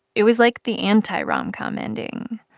it was like the anti-rom-com ending.